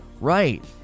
right